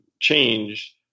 change